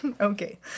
Okay